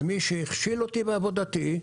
ומי שהכשיל אותי בעבודתי,